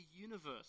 universe